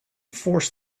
force